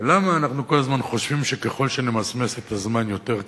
ולמה אנחנו כל הזמן חושבים שככל שנמסמס את הזמן יותר,